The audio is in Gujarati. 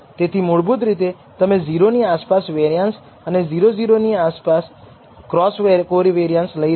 તેથી મૂળભૂત રીતે તમે 0 ની આસપાસ વેરીયાંસ અને 0 0 0 ની આસપાસ ક્રોસ કોવેરીયાંસ લઈ રહ્યા છો